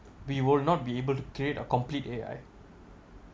we will not be able to create a complete A_I